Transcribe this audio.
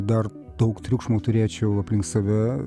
dar daug triukšmo turėčiau aplink save